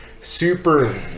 super